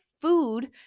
food